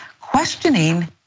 questioning